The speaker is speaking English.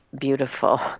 beautiful